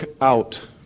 out